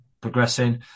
progressing